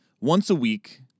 once-a-week